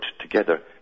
together